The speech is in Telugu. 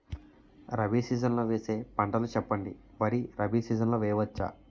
రబీ సీజన్ లో వేసే పంటలు చెప్పండి? వరి రబీ సీజన్ లో వేయ వచ్చా?